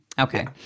Okay